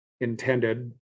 intended